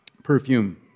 Perfume